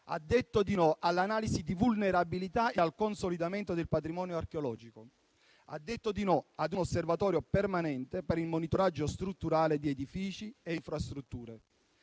zona rossa; all'analisi di vulnerabilità e al consolidamento del patrimonio archeologico; a un osservatorio permanente per il monitoraggio strutturale di edifici e infrastrutture.